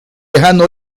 lejano